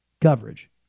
coverage